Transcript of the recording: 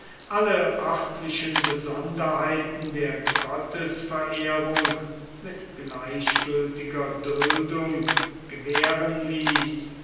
alle örtlichen besonderheiten der gottesverehrung mit gleichgültiger duldung gewähren ließ